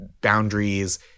boundaries